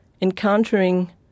encountering